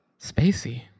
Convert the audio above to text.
Spacey